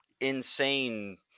insane